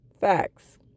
Facts